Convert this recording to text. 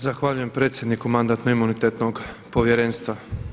Zahvaljujem predsjedniku Mandatno-imunitetnog povjerenstva.